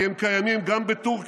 כי הם קיימים גם בטורקיה,